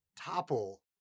topple